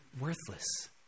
worthless